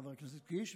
חבר הכנסת קיש,